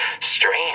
Strange